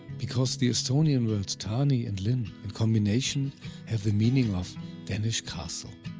because the estonian words taani and linn in combination have the meaning of danish castle.